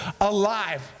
alive